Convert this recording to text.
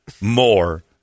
more